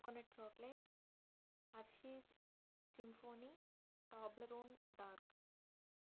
coconut chocolate hershey's symphony Toblerone dark